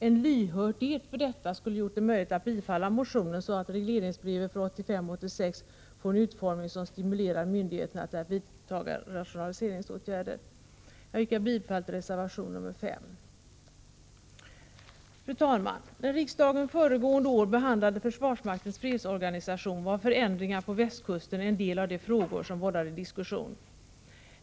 En lyhördhet skulle ha gjort det möjligt att bifalla motionen, så att regleringsbrevet för 1985/86 får en utformning som stimulerar myndigheterna till att vidta rationaliseringsåtgärder. Jag yrkar bifall till reservation nr 5. Fru talman! När riksdagen föregående år behandlade försvarsmaktens fredsorganisation var förändringar på västkusten en del av det som vållade diskussion.